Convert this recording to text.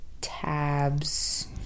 tabs